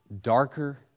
Darker